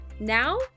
Now